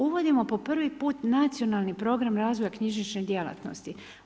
Uvodimo po prvi nacionalni program razvoja knjižnične djelatnosti.